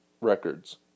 records